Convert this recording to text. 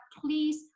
please